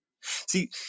See